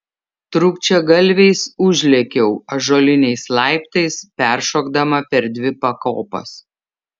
trūkčiagalviais užlėkiau ąžuoliniais laiptais peršokdama per dvi pakopas